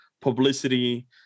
publicity